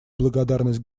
благодарность